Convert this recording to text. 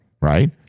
Right